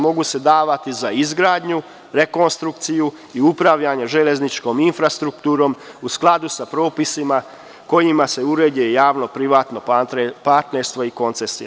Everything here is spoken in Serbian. Mogu se davati za izgradnju, rekonstrukciju i upravljanje železničkom infrastrukturom, u skladu sa propisima kojima se uređuje javno-privatno partnerstvo i koncesija.